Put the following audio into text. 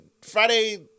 Friday